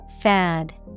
Fad